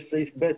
יש סעיף ב',